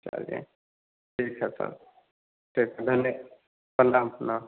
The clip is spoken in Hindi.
चलिए ठीक है सर ठीक है धन्य प्रणाम प्रणाम